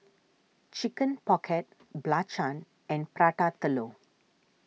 Chicken Pocket Belacan and Prata Telur